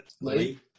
Lee